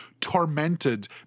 tormented